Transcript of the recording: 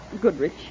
Goodrich